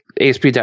ASP